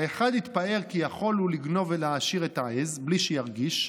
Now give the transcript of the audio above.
האחד התפאר כי יכול הוא לגנוב לעשיר את העז בלי שירגיש,